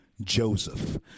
Joseph